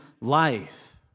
life